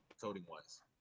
coding-wise